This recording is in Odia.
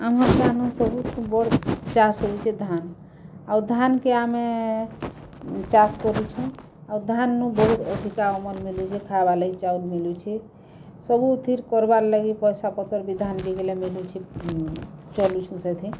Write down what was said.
ଆମର୍ ଠାନୁ ସବୁଠୁଁ ବଡ଼ ଚାଷ୍ ହେଉଛେ ଧାନ୍ ଆଉ ଧାନ୍କେ ଆମେ ଚାଷ୍ କରୁଛୁଁ ଆଉ ଧାନ୍ ନୁ ବହୁତ୍ ଅଧିକା ଅମଲ୍ ମିଲୁଛେ ଖାଏବା ଲାଗି ଚାଉଲ୍ ମିଲୁଛେ ସବୁଥିର୍ କରବା ଲାଗି ପଇସା ପତର୍ ବି ଧାନ୍ ବିକ୍ଲେ ମିଲୁଛେ ଚଲୁସୁଁ ସେଥି